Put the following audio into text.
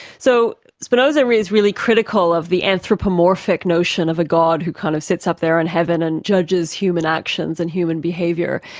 so spinoza is really critical of the anthropomorphic notion of a god who kind of sits up there in heaven and judges human actions and human behaviour.